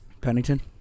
Pennington